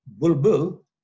Bulbul